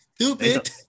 Stupid